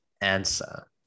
answer